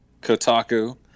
Kotaku